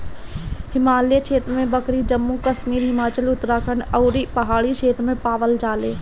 हिमालय क्षेत्र में बकरी जम्मू कश्मीर, हिमाचल, उत्तराखंड अउरी पहाड़ी क्षेत्र में पावल जाले